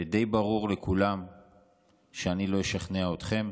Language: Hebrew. די ברור לכולם שאני לא אשכנע אתכם.